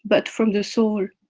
but from the soul.